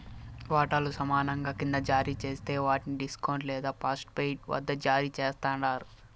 వాటాలు సమానంగా కింద జారీ జేస్తే వాట్ని డిస్కౌంట్ లేదా పార్ట్పెయిడ్ వద్ద జారీ చేస్తండారు